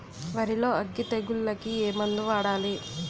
వరిలో అగ్గి తెగులకి ఏ మందు వాడాలి?